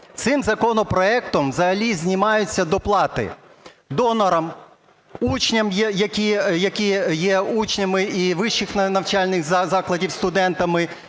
Цим законопроектом взагалі знімаються доплати донорам, учням, які є учнями, і вищих навчальних закладів студентам